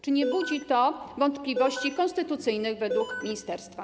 Czy nie budzi to wątpliwości konstytucyjnych według ministerstwa?